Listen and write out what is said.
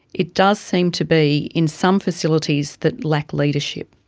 it does seem to be in some facilities that lack leadership.